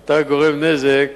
אתה גורם נזק